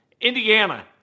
Indiana